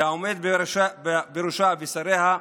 והעומד בראשה ושריה,